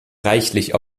reichlich